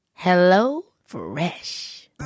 HelloFresh